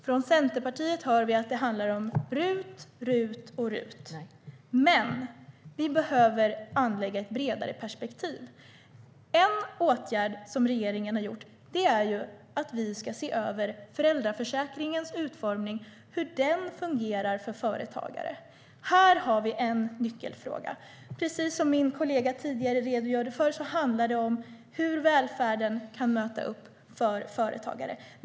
Från Centerpartiet hör vi att det handlar om RUT, RUT och RUT. : Nej.) Vi behöver dock anlägga ett bredare perspektiv. En åtgärd som regeringen har vidtagit är att se över föräldraförsäkringens utformning och hur den fungerar för företagare. Där har vi en nyckelfråga. Precis som min kollega redogjorde för tidigare handlar det om hur välfärden kan möta företagare.